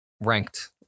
ranked